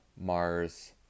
mars